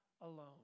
alone